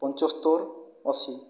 ପଞ୍ଚସ୍ତୋର ଅଶୀ